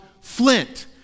flint